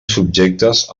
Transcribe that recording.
subjectes